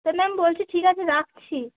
তো ম্যাম বলছি ঠিক আছে রাখছি